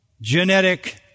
genetic